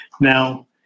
Now